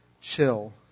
chill